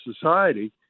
society